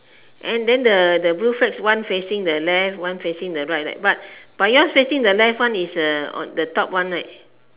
and then the the blue flags one facing the left one facing the right right but but yours facing the left one is uh on the top one right